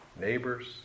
neighbors